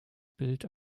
bild